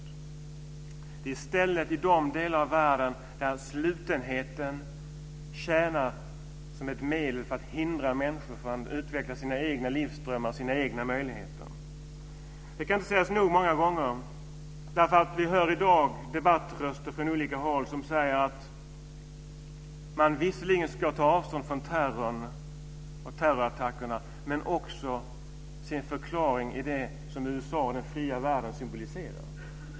Det är i stället i de delar av världen där slutenheten tjänar som ett medel för att hindra människor att utveckla sina egna livsdrömmar och sina egna möjligheter. Det kan inte sägas nog många gånger. Vi hör i dag debattröster från olika håll som säger att man visserligen ska ta avstånd från terrorattackerna men som också ser en förklaring till dessa i det som USA och den fria världen symboliserar.